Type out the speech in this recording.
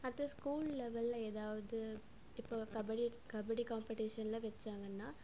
அடுத்த ஸ்கூல் லெவலில் எதாவது இப்போ கபடி கபடி காம்பட்டீஷன்லாம் வச்சாங்கன்னா